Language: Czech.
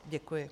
Děkuji.